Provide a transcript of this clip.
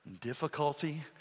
difficulty